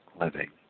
living